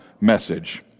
message